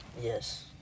Yes